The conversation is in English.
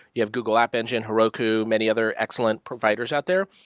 you have google app engine, heroku, many other excellent providers out there,